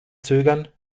zögern